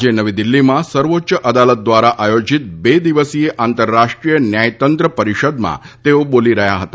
આજે નવી દિલ્હીમાં સર્વોચ્ય અદાલત દ્વારા આયોજીત બે દિવસીય આંતરરાષ્ટ્રીય ન્યાયતંત્ર પરિષદમાં તેઓ બોલી રહ્યાં હતા